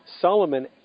Solomon